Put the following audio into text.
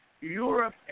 Europe